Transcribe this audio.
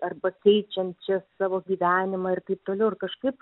arba keičiančias savo gyvenimą ir taip toliau ir kažkaip